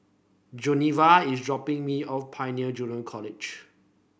Giovanna is dropping me off Pioneer Junior College